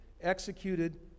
executed